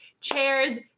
chairs